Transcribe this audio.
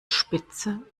spitze